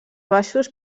baixos